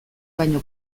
baino